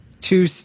two